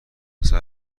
عسل